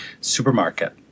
supermarket